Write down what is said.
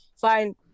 fine